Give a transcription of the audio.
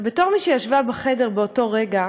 בתור מי שישבה בחדר באותו רגע